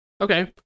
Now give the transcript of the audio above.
Okay